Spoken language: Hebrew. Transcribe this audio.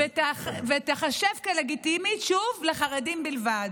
ותיחשב כלגיטימית, שוב, לחרדים בלבד.